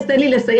אז תן לי לסיים.